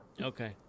Okay